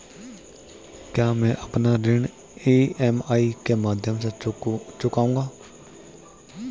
क्या मैं अपना ऋण ई.एम.आई के माध्यम से चुकाऊंगा?